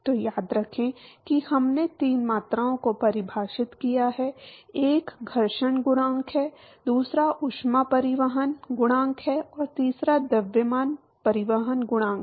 तो याद रखें कि हमने तीन मात्राओं को परिभाषित किया है एक घर्षण गुणांक है दूसरा ऊष्मा परिवहन गुणांक है और तीसरा द्रव्यमान परिवहन गुणांक है